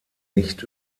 nicht